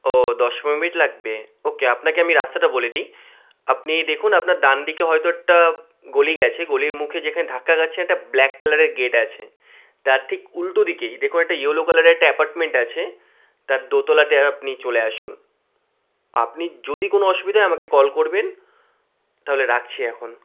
ও দশ পনেরো মিনিট লাগবে ওকে আপনাকে আমি রাস্তাটা বলে দিই আপনি দেখুন আপনার ডান দিকে হয়তো একটা গলি গেছে গলির মুখে যেখানে ধাক্কা খাচ্ছেন একটা ব্ল্যাক কালারের গেট আছে তার ঠিক উল্টো দিকেই দেখুন একটা ইওলো কালারের একটা অ্যাপার্টমেন্ট আছে তার দোতলাতে আ আপনি চলে আসুন আপনি যদি কোনো অসুবিধা হয় আমাকে কল করবেন তাহলে রাখছি এখন